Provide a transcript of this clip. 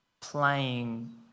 Playing